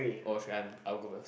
oh should I'm I'll go first